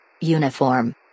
Uniform